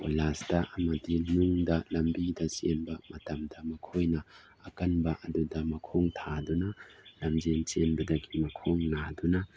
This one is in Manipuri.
ꯀꯣꯏꯂꯥꯁꯇ ꯑꯃꯗꯤ ꯅꯨꯡꯗ ꯂꯝꯕꯤꯗ ꯆꯦꯟꯕ ꯃꯇꯝꯗ ꯃꯈꯣꯏꯅ ꯑꯀꯟꯕ ꯑꯗꯨꯗ ꯃꯈꯣꯡ ꯊꯥꯗꯨꯅ ꯂꯝꯖꯦꯟ ꯆꯦꯟꯕꯗꯒꯤ ꯃꯈꯣꯡ ꯅꯥꯗꯨꯅ